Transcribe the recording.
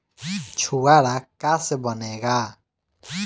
छुआरा का से बनेगा?